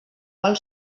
qual